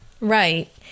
right